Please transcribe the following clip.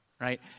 right